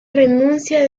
renuncia